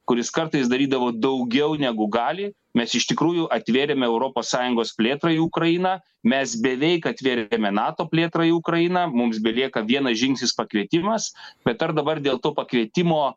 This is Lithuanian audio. kuris kartais darydavo daugiau negu gali mes iš tikrųjų atvėrėme europos sąjungos plėtrai ukrainą mes beveik atvėrėme nato plėtrai ukrainą mums belieka vienas žingsnis pakvietimas bet ar dabar dėl to pakeitimo